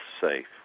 safe